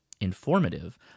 informative